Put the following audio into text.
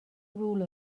rule